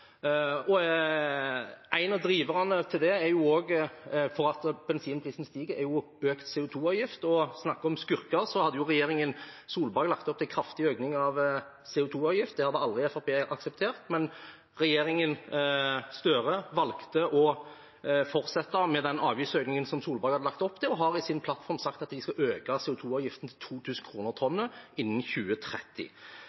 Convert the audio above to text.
En av driverne til at bensinprisen stiger, er økt CO 2 -avgift, og når en snakker om skurker, så hadde jo regjeringen Solberg lagt opp til en kraftig økning av CO 2 -avgiften. Det hadde aldri Fremskrittspartiet akseptert, men regjeringen Støre valgte å fortsette med den avgiftsøkningen som Solberg-regjeringen hadde lagt opp til, og har i sin plattform sagt at de skal øke CO 2 -avgiften til 2 000 kr per tonn